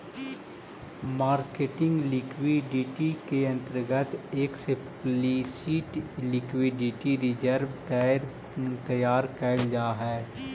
marketing liquidity के अंतर्गत explicit liquidity reserve तैयार कैल जा हई